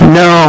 no